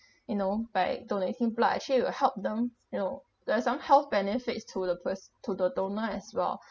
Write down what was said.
you know by donating blood actually it will help them you know there's some health benefits to the pers~ to the donor as well